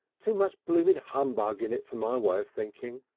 too much blooming humbug in it for my way of thinking.